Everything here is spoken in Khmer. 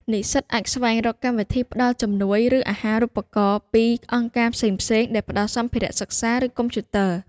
និស្សិតអាចស្វែងរក កម្មវិធីផ្តល់ជំនួយ ឬអាហារូបករណ៍ពីអង្គការផ្សេងៗដែលផ្តល់សម្ភារៈសិក្សា ឬកុំព្យូទ័រ។